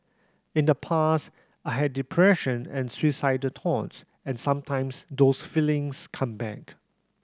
in the past I had depression and suicidal thoughts and sometimes those feelings come back